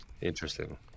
Interesting